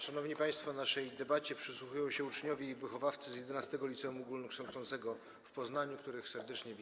Szanowni państwo, naszej debacie przysłuchują się uczniowie i wychowawcy z XI Liceum Ogólnokształcącego w Poznaniu, których serdecznie witamy.